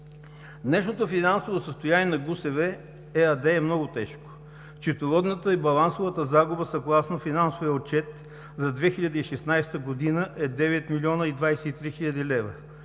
Днешното финансово състояние на ГУСВ ¬¬– ЕАД, е много тежко. Счетоводната и балансовата загуба съгласно финансовия отчет за 2016 г. е 9 млн. 23 хил. лв.,